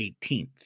18th